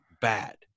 bad